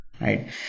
right